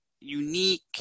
unique